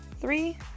three